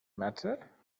matter